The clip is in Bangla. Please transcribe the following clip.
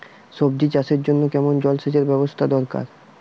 সবজি চাষের জন্য কেমন জলসেচের ব্যাবস্থা দরকার?